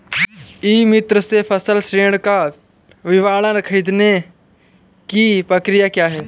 ई मित्र से फसल ऋण का विवरण ख़रीदने की प्रक्रिया क्या है?